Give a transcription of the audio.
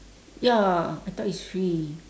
ya I thought it's free